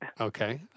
Okay